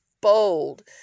bold